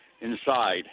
inside